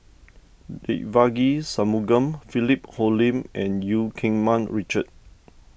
Devagi Sanmugam Philip Hoalim and Eu Keng Mun Richard